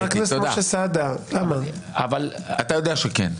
אתה יודע שכן.